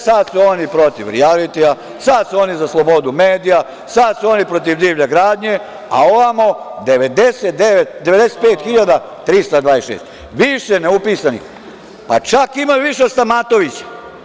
Sad su oni protiv rijalitija, sad su oni za slobodu medija, sad su oni protiv divlje gradnje, a ovamo 95.326 više ne upisanih, pa čak ima više od Stamatovića.